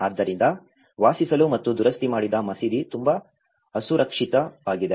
ಆದ್ದರಿಂದ ವಾಸಿಸಲು ಮತ್ತು ದುರಸ್ತಿ ಮಾಡಿದ ಮಸೀದಿ ತುಂಬಾ ಅಸುರಕ್ಷಿತವಾಗಿದೆ